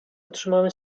otrzymałem